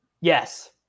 Yes